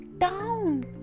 down